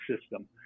system